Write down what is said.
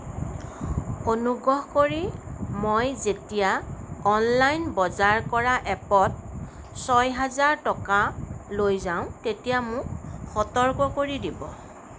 অনুগ্ৰহ কৰি মই যেতিয়া অনলাইন বজাৰ কৰা এপত ছয় হাজাৰ টকা লৈ যাওঁ তেতিয়া মোক সতৰ্ক কৰি দিব